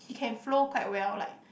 he can flow quite well like